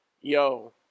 yo